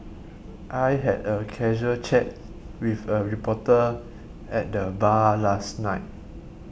I had a casual chat with a reporter at the bar last night